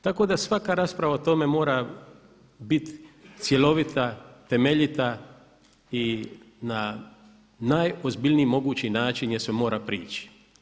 Tako da svaka rasprava o tome mora biti cjelovita, temeljita i na najozbiljniji mogući način joj se mora priči.